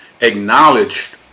acknowledged